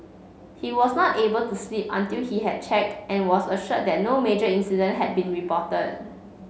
he was not able to sleep until he had checked and was assured that no major incident had been reported